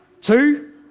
Two